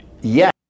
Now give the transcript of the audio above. Yes